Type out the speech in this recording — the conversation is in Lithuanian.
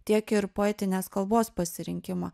tiek ir poetinės kalbos pasirinkimą